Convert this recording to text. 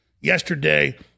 yesterday